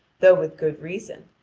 though with good reason,